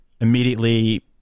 immediately